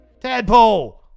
tadpole